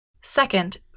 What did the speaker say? Second